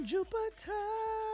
Jupiter